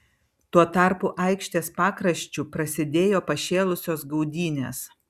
tuo tarpu aikštės pakraščiu prasidėjo pašėlusios gaudynės